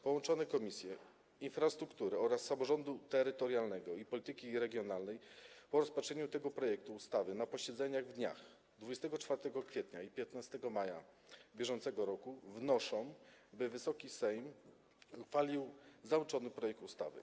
Połączone Komisje: Infrastruktury oraz Samorządu Terytorialnego i Polityki Regionalnej po rozpatrzeniu tego projektu ustawy na posiedzeniach w dniach 24 kwietnia i 15 maja br. wnoszą, by Wysoki Sejm uchwalił załączony projekt ustawy.